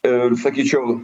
ir sakyčiau